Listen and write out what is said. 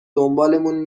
دنبالمون